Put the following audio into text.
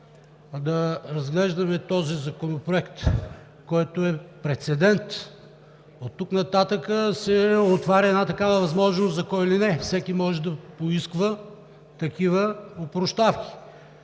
да разглеждаме този законопроект, който е прецедент?! Оттук нататък се отваря възможност за кой ли не – всеки може да поиска такива опрощавки,